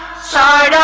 sorry